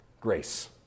grace